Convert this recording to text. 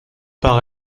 par